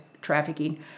trafficking